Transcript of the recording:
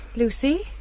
Lucy